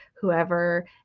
whoever